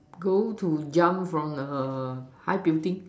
go to jump from a high building